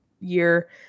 year